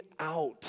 out